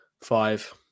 five